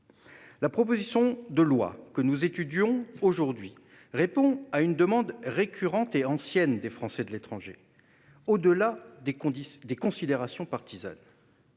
La proposition de loi que nous étudions aujourd'hui répond à une demande récurrente et ancienne des Français de l'étranger, au-delà des considérations partisanes.